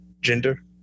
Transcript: gender